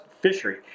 fishery